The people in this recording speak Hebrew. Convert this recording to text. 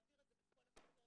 מעביר את זה בכל הכיתות,